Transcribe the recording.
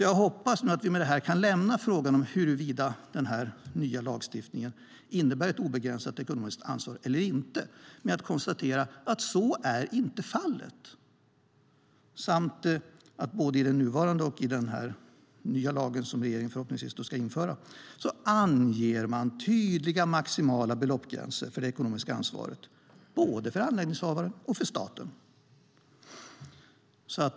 Jag hoppas att vi med det här kan lämna frågan huruvida den nya lagstiftningen innebär ett obegränsat ekonomiskt ansvar eller inte med att konstatera att så inte är fallet. Både i den nuvarande och i den nya lagen, som regeringen förhoppningsvis ska införa, anger man tydliga maximala beloppsgränser för det ekonomiska ansvaret, såväl för anläggningshavaren som för staten.